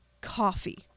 coffee